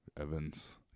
Evans